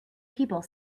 people